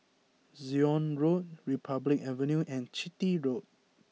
Zion Road Republic Avenue and Chitty Road